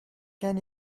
can